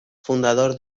fundador